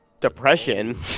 depression